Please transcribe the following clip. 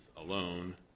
alone